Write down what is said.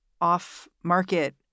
off-market